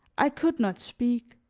i could not speak,